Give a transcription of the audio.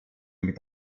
mit